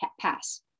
pass